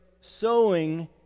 sowing